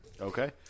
Okay